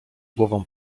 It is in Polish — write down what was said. głową